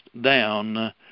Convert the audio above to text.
down